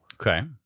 Okay